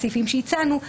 בסעיפים שהצענו,